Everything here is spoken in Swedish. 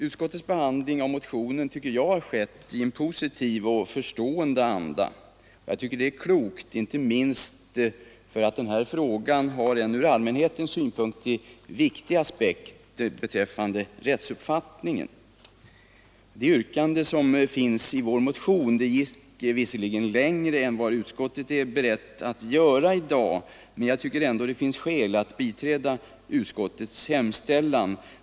Utskottets behandling av motionen har skett i en positiv och förstående anda, och jag tycker att det är klokt, inte minst därför att den här frågan har en ur allmänhetens synpunkt viktig aspekt beträffande rättsuppfattningen. Yrkandet i vår motion gick visserligen längre än utskottet är berett att gå i dag, men det finns ändå skäl att biträda utskottets hemställan.